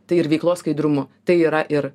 tai ir veiklos skaidrumu tai yra ir